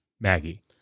Maggie